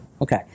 Okay